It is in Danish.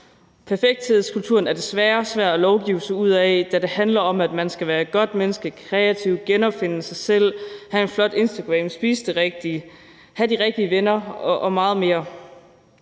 Perfekthedskulturen er desværre svær at lovgive sig ud af, da den handler om, at man skal være et godt menneske, være kreativ, genopfinde sig selv, have en flot instagramprofil, spise det rigtige, have de rigtige venner og meget mere.